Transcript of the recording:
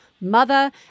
Mother